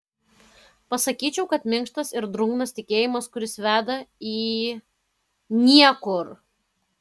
pasakyčiau kad minkštas ir drungnas tikėjimas kuris veda į niekur